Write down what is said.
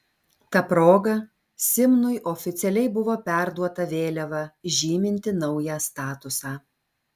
ta proga simnui oficialiai buvo perduoda vėliava žyminti naują statusą